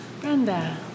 Brenda